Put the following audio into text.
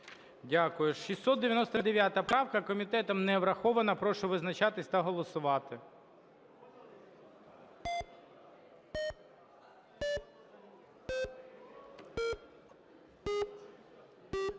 Дякую. 871 правка комітетом не врахована. Прошу визначатись та голосувати.